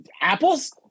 Apples